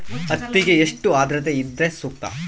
ಹತ್ತಿಗೆ ಎಷ್ಟು ಆದ್ರತೆ ಇದ್ರೆ ಸೂಕ್ತ?